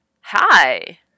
hi